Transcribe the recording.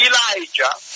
Elijah